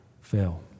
fail